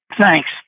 Thanks